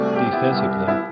defensively